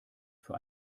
für